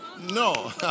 No